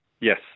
Yes